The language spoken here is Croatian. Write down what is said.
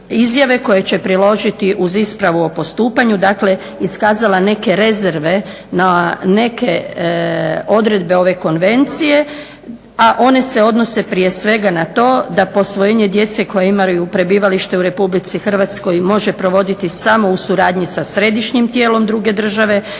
izjave koje će priložiti uz ispravu o postupanju, dakle iskazala neke rezerve na neke odredbe ove konvencije, a one se odnose prije svega na to da posvojenje djece koje imaju prebivalište u Republici Hrvatskoj može provoditi samo u suradnji sa središnjim tijelom druge države